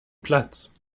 platz